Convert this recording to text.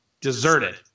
deserted